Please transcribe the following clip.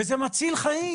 וזה מציל חיים.